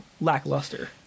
lackluster